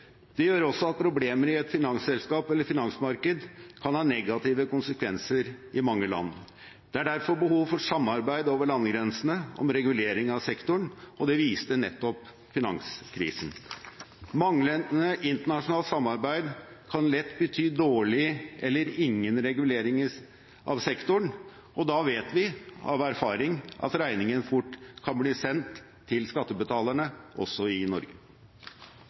Dette gjør også at problemer i et finansselskap eller finansmarked kan ha negative konsekvenser i mange land. Det er derfor behov for samarbeid over landegrensene om regulering av sektoren – det viste finanskrisen. Manglende internasjonalt samarbeid kan lett bety dårlig eller ingen regulering av sektoren, og da vet vi av erfaring at regningen lett kan bli sendt til skattebetalerne, også i Norge.